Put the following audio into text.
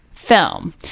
film